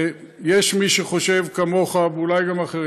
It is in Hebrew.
יש מי שחושב כמוך, אולי גם אחרים.